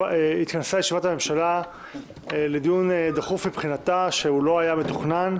הממשלה התכנסה לדיון דחוף מבחינתה שלא היה מתוכנן,